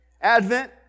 advent